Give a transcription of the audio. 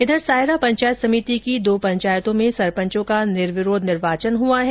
इधर सायरा पंचायत समिति की दो पंचायतों में सरपंचों का निर्विरोध निर्वाचन हुआ है